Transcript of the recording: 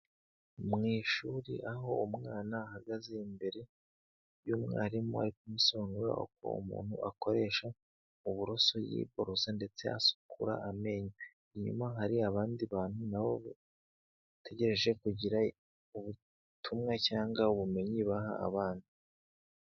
Mu ishuri aho umwana ahagaze imbere y'umwarimu ari kumusobanura uko umuntu akoresha uburoso yibororoza ndetse asukura amenyo, inyuma hari abandi bantu na bo bategereje kugira ubutumwa cyangwa ubumenyi baha abana.